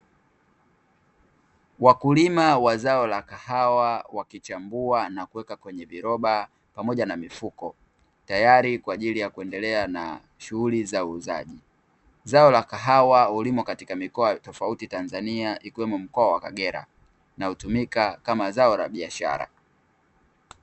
Wakulima wa zao la kahawa wakichambua na kuweka kwenye viroba pamoja na mifuko, tayari kwa ajili ya kuendelea na shughuli la uuzaji. Zao la kahawa hulimwa katika mikoa tofauti Tanzania ikiwemo mkoa wa Kagera na hutumika kama zao la biashara.